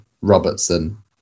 Robertson